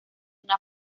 una